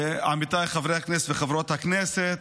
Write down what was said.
עמיתיי חברי הכנסת וחברות הכנסת,